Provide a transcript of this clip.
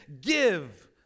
Give